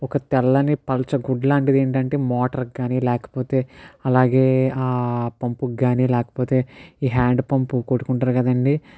ఒక తెల్లని పల్చని గుడ్డ లాంటిది ఏంటంటే మోటార్కి కానీ లేకపోతే అలాగే ఆ పంపుకి కానీ లేకపోతే ఈ హ్యాండ్ పంపు కొట్టుకుంటారు కదా అండి